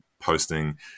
posting